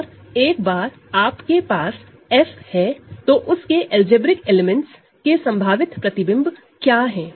और एक बार आप के पास F होमोमोरफ़िज्म है तो उस के अलजेब्रिक एलिमेंट की संभावित इमेज क्या है